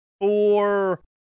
four